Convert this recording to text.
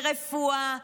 ברפואה,